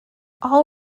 all